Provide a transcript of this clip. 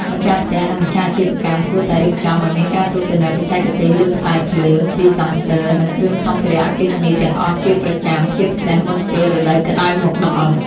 ម្ចាស់ផ្ទះ និងម្ចាស់អាជីវកម្មគួរតែរៀបចំឱ្យមានការត្រួតពិនិត្យបច្ចេកទេសលើខ្សែភ្លើង ឌីសង់ទ័រ និងគ្រឿងសម្ភារៈអគ្គិសនីទាំងអស់ជាប្រចាំ ជាពិសេសមុនពេលរដូវក្ដៅមកដល់។